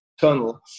tunnel